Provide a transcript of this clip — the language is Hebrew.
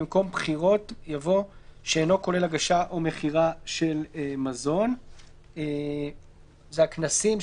במקום "בחירות" יבוא "שאינו כולל הגשה או מכירה של מזון";" זה הכנסים.